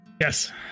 Yes